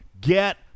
Get